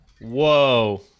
Whoa